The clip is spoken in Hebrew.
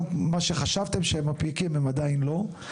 מה שחשבתם שהם ה-"פיקים" הם עדיין לא.